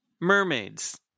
Mermaids